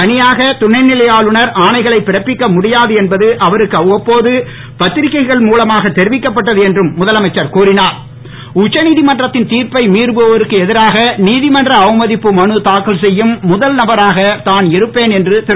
தனியாக துணைநிலை ஆளுநர் ஆணைகளை பிறப்பிக்க முடியாது என்பது அவருக்கு அவ்வப்போது பத்திரிக்கைகள் மூலமாக தெரிவிக்கப்பட்டது என்றும் முதலமைச்சர் கூறினார் உச்சநீதிமன்றத்தின் தீர்ப்பை மீறுபவருக்கு எதிராக நீதிமன்ற அவமதிப்பு மனு தாக்கல் செய்யும் முதல் நபராக தான் இருப்பேன் என்று திரு